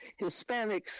Hispanics